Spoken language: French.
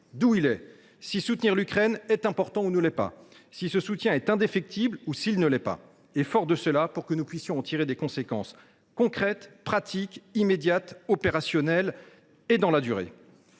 d’où il est, si soutenir l’Ukraine est important ou ne l’est pas et si ce soutien est indéfectible ou non. Forts de ces prises de position, nous pourrons en tirer des conséquences concrètes, pratiques, immédiates, opérationnelles et dans la durée.